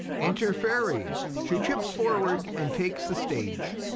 enter fairy she trips forward and takes the stage.